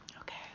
Okay